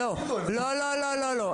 לא, לא, לא.